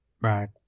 Right